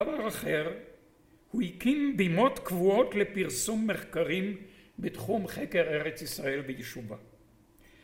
דבר אחר, הוא הקים בימות קבועות לפרסום מחקרים בתחום חקר ארץ ישראל ביישובה